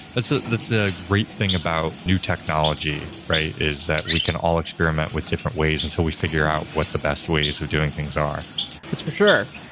that's ah that's the great thing about new technology, right, is that we can all experiment with different ways until we figure out what the best ways of doing things are it's for sure.